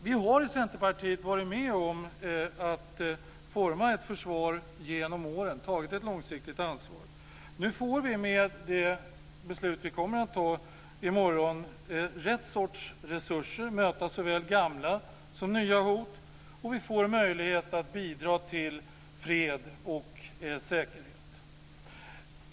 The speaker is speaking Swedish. Vi har i Centerpartiet varit med om att forma ett försvar genom åren och har tagit ett långsiktigt ansvar. Vi får med det beslut som vi kommer att fatta i morgon rätt sorts resurser att möta såväl gamla som nya hot, och vi får möjlighet att bidra till fred och säkerhet. Herr talman!